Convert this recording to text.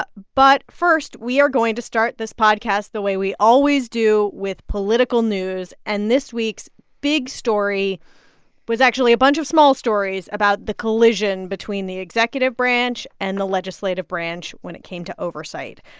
but but first, we are going to start this podcast the way we always do, with political news. and this week's big story was actually a bunch of small stories about the collision between the executive branch and the legislative branch when it came to oversight.